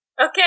Okay